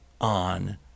on